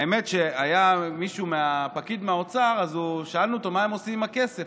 היה פקיד מהאוצר ששאלנו אותו מה הם עושים עם הכסף.